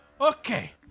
Okay